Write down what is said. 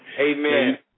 Amen